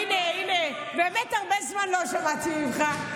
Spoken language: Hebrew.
הינה, הינה, באמת הרבה זמן לא שמעתי ממך.